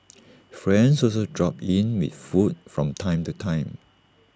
friends also drop in with food from time to time